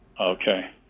Okay